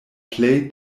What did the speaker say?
plej